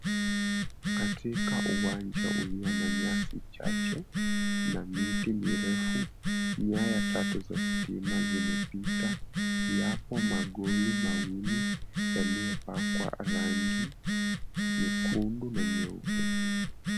Katika uwanja ulio na nyasi chache, na miti mirefu, nyaya tatu za stima zimepita. Yapo magoli mawili yaliyopakwa rangi, nyekundu na nyeupe.